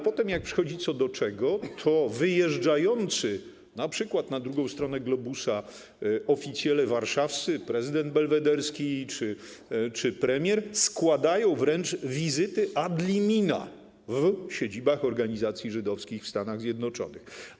Potem, jak przychodzi co do czego, to wyjeżdżający - np. na drugą stronę globusa - oficjele warszawscy, prezydent belwederski czy premier składają wręcz wizyty ad limina w siedzibach organizacji żydowskich w Stanach Zjednoczonych.